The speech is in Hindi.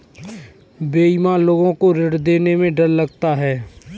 बेईमान लोग को ऋण देने में डर लगता है